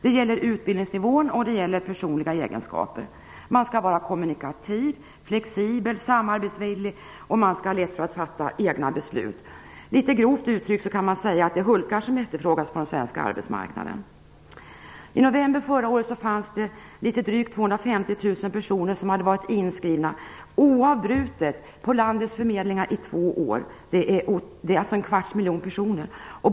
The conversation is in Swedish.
Det gäller utbildningsnivån, och det gäller personliga egenskaper. Man skall vara kommunikativ, flexibel, samarbetsvillig, och man skall ha lätt för att fatta egna beslut. Litet grovt uttryckt kan man säga att det är personer som hade varit inskrivna oavbrutet på landets förmedlingar i två år. Det är en kvarts miljon personer.